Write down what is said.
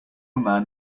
man